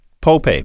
Pope